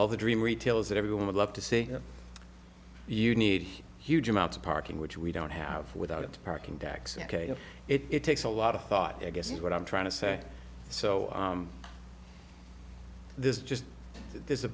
all the dream retailers that everyone would love to say you need huge amounts of parking which we don't have without it parking decks ok it takes a lot of thought i guess is what i'm trying to say so this just there's a